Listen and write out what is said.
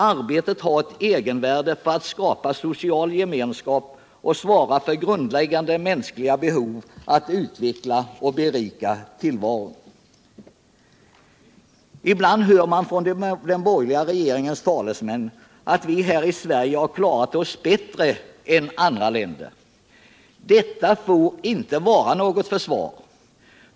Arbetet har ett egenvärde för att skapa social gemenskap och svara mot grundläggande mänskliga behov att utveckla och berika tillvaron. Ibland hör man från den borgerliga regeringens talesmän att vi här i Sverige har klarat oss bättre än andra länder. Detta får inte vara något försvar.